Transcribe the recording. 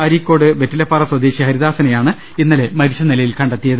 അരീക്കോട് വെറ്റിലപ്പാറ സ്വദേശി ഹരിദാസനെയാണ് ഇന്നലെ മരിച്ച നിലയിൽ കണ്ടെത്തിയത്